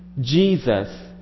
Jesus